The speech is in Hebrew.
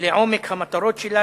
לעומק המטרות שלה,